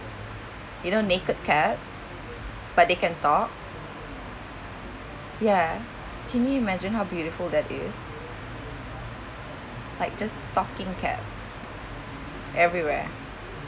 you know naked cats but they can talk ya can you imagine how beautiful that is like just talking cats everywhere